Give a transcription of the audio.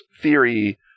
theory